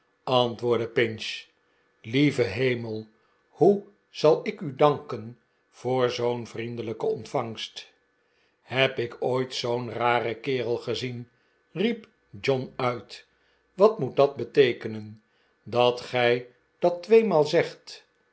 antwoordde pinch lieve hemel hoe zal ik u danken voor zoo'n vriendelijke ontvangst heb ik ooit zoo'n raren kerel gezien riep john uit wat moet dat beteekenen dat gij dat tweemaal zegt